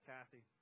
Kathy